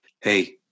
Hey